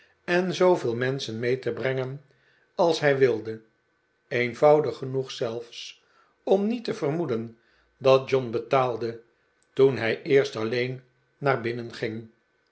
en zooveel menschen mee te brengen als hij wilde eenvoudig genoeg zelfs om niet te vermoeden dat john betaalde toen hij eerst alleen naar binnenging